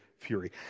fury